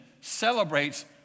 celebrates